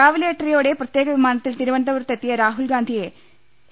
രാവിലെ എട്ടരയോടെ പ്രത്യേക വിമാനത്തിൽ തിരു വനന്തപുരത്തെത്തിയ രാഹുൽ ഗാന്ധിയെ എ